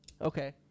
Okay